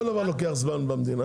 כל דבר לוקח זמן במדינה,